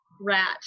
rat